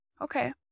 Okay